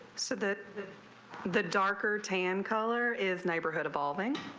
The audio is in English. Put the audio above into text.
so the the the darker tan color is neighborhood involving